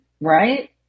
right